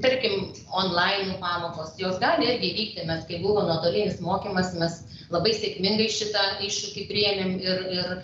tarkim oniline pamokos jos gali irgi įvykti mes kai buvo nuotolinis mokymas mes labai sėkmingai šitą iššūkį priėmėm ir ir